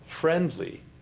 friendly